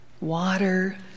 Water